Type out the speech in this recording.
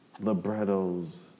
librettos